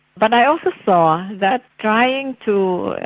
but i also saw that trying to